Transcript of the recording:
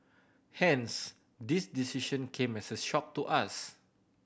hence this decision came as a shock to us